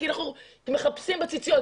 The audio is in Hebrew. מחפשים בציציות,